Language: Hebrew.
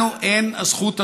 לנו אין הזכות הזאת.